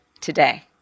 today